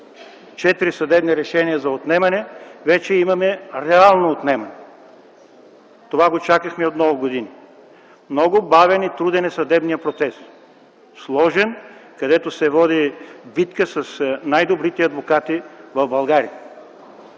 четири съдебни решения за отнемане, вече имаме реално отнемане. Това го чакахме от много години. Много бавен и труден е съдебният процес, сложен, където се води битка с най-добрите адвокати в България.